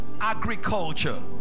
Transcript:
Agriculture